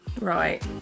right